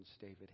David